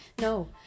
no